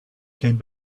came